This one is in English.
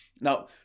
Now